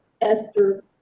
Esther